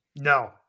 No